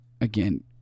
again